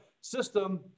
system